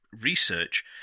research